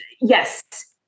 Yes